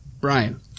Brian